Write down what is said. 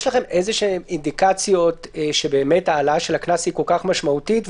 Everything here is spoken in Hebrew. יש לכם אינדיקציות כלשהן שבאמת ההעלאה של הקנס היא כל כך משמעותית?